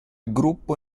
gruppo